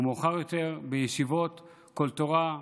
ומאוחר יותר בישיבות קול תורה,